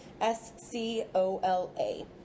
s-c-o-l-a